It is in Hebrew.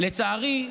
לצערי,